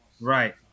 Right